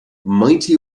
mighty